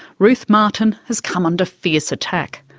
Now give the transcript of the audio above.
ruth martin has come under fierce attack,